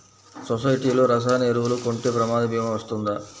సొసైటీలో రసాయన ఎరువులు కొంటే ప్రమాద భీమా వస్తుందా?